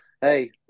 hey